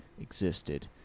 existed